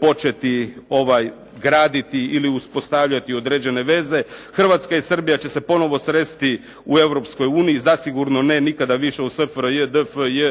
početi graditi ili uspostavljati određene veze. Hrvatska i Srbija će se ponovno sresti u Europskoj uniji, zasigurno ne nikada više u SFRJ, DFJ,